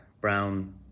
brown